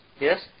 yes